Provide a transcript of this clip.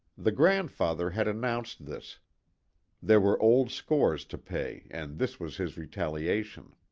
the grand father had announced this there were old scores to pay and this was his retaliation.